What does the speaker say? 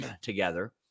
together